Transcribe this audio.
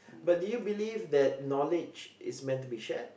but did you believe that knowledge is meant to be shared